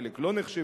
חלק לא נחשבו,